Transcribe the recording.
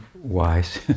wise